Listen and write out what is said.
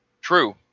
true